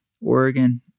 Oregon